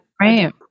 right